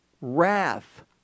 wrath